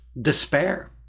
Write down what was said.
despair